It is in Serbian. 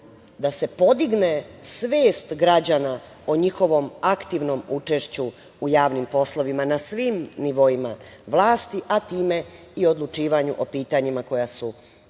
da se podigne svest građana o njihovom aktivnom učešću u javnim poslovima na svim nivoima vlasti, a time i odlučivanju o pitanjima koja su